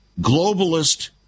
globalist